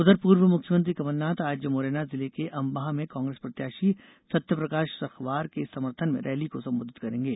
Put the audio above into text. उधर पूर्व मुख्यमंत्री कमलनाथ आज मुरैना जिले के अंबाह में कांग्रेस प्रत्याशी सत्यप्रकाश सखवार के समर्थन में रैली को संबोधित करेंगे